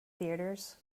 theatres